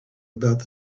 about